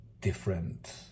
different